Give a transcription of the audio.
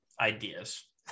ideas